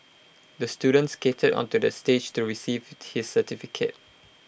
the student skated onto the stage to receive his certificate